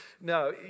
No